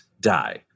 die